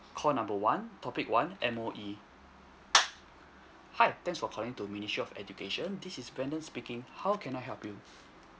call number one topic one M_O_E hi thanks for calling to ministry of education this is brandon speaking how can I help you